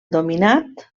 dominat